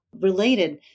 related